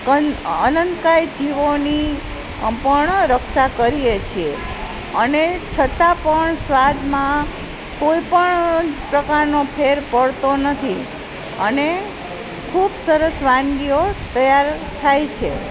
કંદ અનંતકાય જીવોની પણ રક્ષા કરીએ છીએ અને છતાં પણ સ્વાદમાં કોઈપણ પ્રકારનો ફેર પડતો નથી અને ખૂબ સરસ વાનગીઓ તૈયાર થાય છે